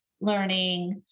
learning